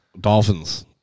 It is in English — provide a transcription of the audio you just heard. Dolphins